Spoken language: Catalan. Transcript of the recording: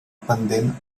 pendent